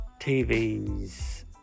TVs